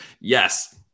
yes